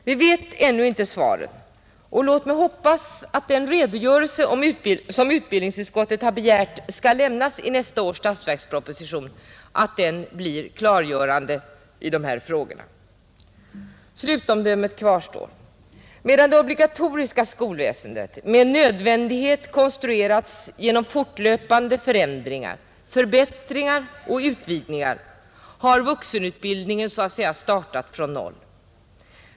Vi vet ännu inte svaren, 'Låt mig hoppas att den redogörelse som utbildningsutskottet har begärt skall lämnas i nästa års statsverksproposition blir klargörande i dessa frågor. Slutomdömet kvarstår: Medan det obligatoriska skolväsendet med nödvändighet konstruerats genom fortlöpande förändringar, förbättringar och utvidgningar har vuxenutbildningen startat så att säga från noll.